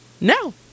now